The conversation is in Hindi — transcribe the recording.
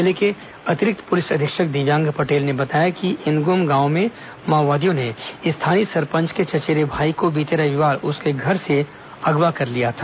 जिले के अतिरिक्त पुलिस अधीक्षक दिव्यांग पटेल ने बताया कि इन्ग्म गांव में माओवादियों ने स्थानीय सरपंच के चचेरे भाई को बीते रविवार उसके घर से अगवा कर लिया था